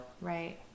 right